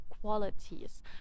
qualities